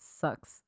sucks